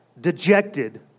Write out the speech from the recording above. dejected